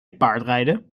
paardrijden